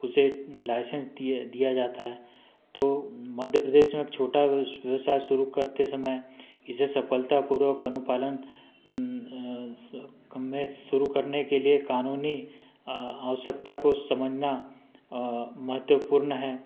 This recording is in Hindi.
उसे लाइसेंस दिया दिया जाता है तो मध्य प्रदेश में छोटा व्यवसाय शुरू करते समय इसे सफलतापूर्वक अनुपालन में शुरू करने के लिए कानूनी आवश्यकता को समझना महत्वपूर्ण है